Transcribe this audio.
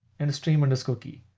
and a stream underscore key.